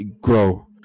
grow